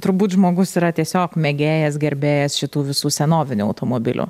turbūt žmogus yra tiesiog mėgėjas gerbėjas šitų visų senovinių automobilių